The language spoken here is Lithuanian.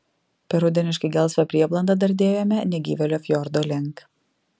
per rudeniškai gelsvą prieblandą dardėjome negyvėlio fjordo link